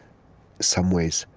some ways,